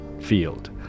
field